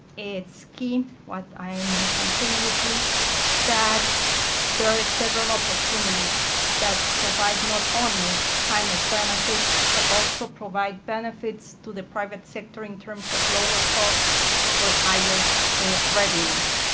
it's key what i mentioned previously that there are several opportunities that provide not only climate benefits but also provide benefits to the private sector in terms of lower costs or higher yeah revenues.